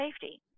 safety